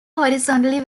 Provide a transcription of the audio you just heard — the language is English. horizontally